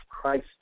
Christ